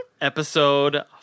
Episode